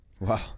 wow